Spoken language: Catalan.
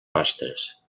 rastres